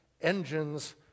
engines